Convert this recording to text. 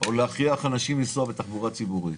או להכריח אנשים לנסוע בתחבורה ציבורית?